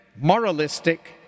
moralistic